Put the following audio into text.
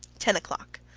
ten o'clock.